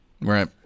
Right